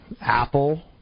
Apple